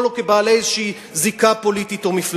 או כבעלי איזו זיקה פוליטית או מפלגתית.